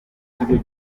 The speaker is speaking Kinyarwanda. kigo